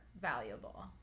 valuable